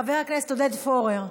חבר הכנסת עודד פורר,